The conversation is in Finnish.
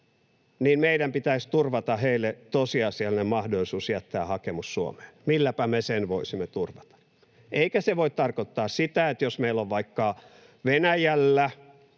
niin meidän pitäisi turvata heille tosiasiallinen mahdollisuus jättää hakemus Suomeen — milläpä me sen voisimme turvata? Eikä se voi tarkoittaa sitä, että jos on vaikka Venäjällä